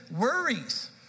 worries